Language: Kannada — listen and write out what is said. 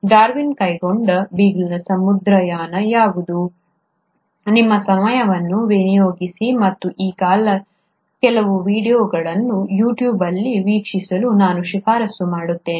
ಡಾರ್ವಿನ್ ಕೈಗೊಂಡ ಬೀಗಲ್ನ ಸಮುದ್ರಯಾನ ಯಾವುದು ನಿಮ್ಮ ಸಮಯವನ್ನು ವಿನಿಯೋಗಿಸಿ ಮತ್ತು ಈ ಕೆಲವು ವೀಡಿಯೊಗಳನ್ನು ಯು ಟ್ಯೂಬ್ ಅಲ್ಲಿ ವೀಕ್ಷಿಸಲು ನಾನು ಶಿಫಾರಸು ಮಾಡುತ್ತೇವೆ